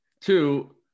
Two